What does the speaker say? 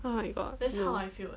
oh my god no